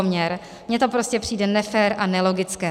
Mně to prostě přijde nefér a nelogické.